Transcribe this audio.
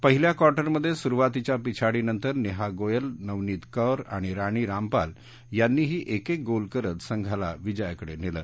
पहिल्या क्वार्टरमध्ये सुरुवातीच्या पिछाडीनंतर नेहा गोयल नवनीत कौर आणि राणी रामपाल यांनीही एकेक गोल करत संघाला विजयाकडे नेलं